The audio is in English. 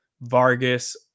Vargas